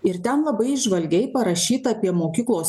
ir ten labai įžvalgiai parašyta apie mokyklos